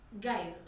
Guys